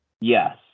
Yes